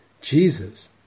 Jesus